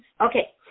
Okay